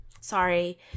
Sorry